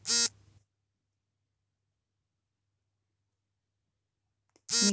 ನಿಗದಿತ ದಿನಾಂಕದೊಳಗೆ ಬಿಲ್ ಗಳನ್ನು ಹೇಗೆ ಆಯೋಜಿಸಲಾಗುತ್ತದೆ?